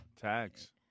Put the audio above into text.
Tags